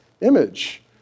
image